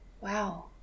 wow